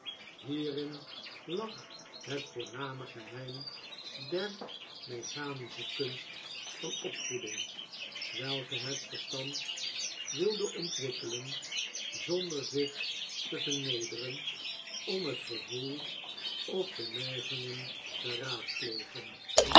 hierin lag het voorname geheim der mechanische kunst van opvoeding welke het verstand wilde ontwikkelen zonder zich te vernederen om het gevoel of de neigingen te raadplegen